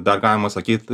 dar galima sakyt